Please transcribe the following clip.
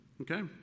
Okay